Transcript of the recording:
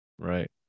Right